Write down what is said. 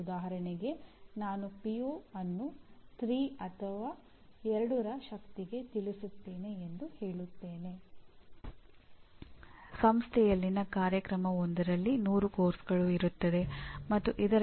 ಉದಾಹರಣೆಗೆ ಕಳೆದ 20 ವರ್ಷಗಳಲ್ಲಿ ಎಂಜಿನಿಯರಿಂಗ್ ಪದವೀಧರರ ಉದ್ಯೋಗದಾತರು ಐಟಿ ಉದ್ಯಮವಾಗಿದೆ